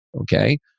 okay